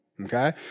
Okay